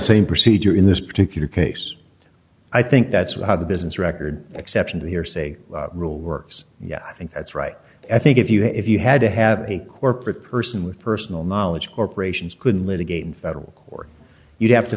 same procedure in this particular case i think that's why the business record exception to the hearsay rule works yes i think that's right i think if you had if you had to have a corporate person with personal knowledge corporations couldn't litigation federal or you'd have to